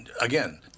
again